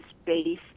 space